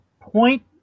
point